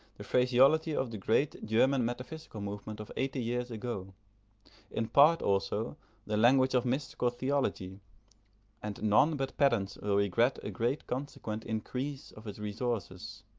the phraseology of the great german metaphysical movement of eighty years ago in part also the language of mystical theology and none but pedants will regret a great consequent increase of its resources.